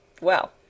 Well